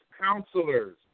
counselors